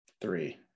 three